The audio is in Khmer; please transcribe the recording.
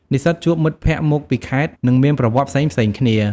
និស្សិតជួបមិត្តភ័ក្តិមកពីខេត្ត និងមានប្រវត្តិផ្សេងៗគ្នា។